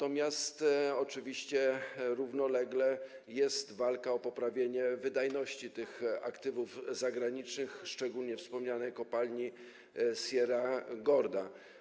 Oczywiście równolegle trwa walka o poprawienie wydajności tych aktywów zagranicznych, szczególnie wspomnianej kopalni Sierra Gorda.